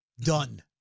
Done